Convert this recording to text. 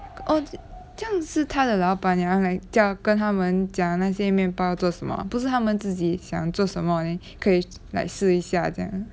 oh 这样是他的老板娘来叫跟他们讲那些面包做什么啊不是他们自己想做什么 then 可以 like 试一下这样